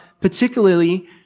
particularly